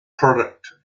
product